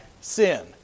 sin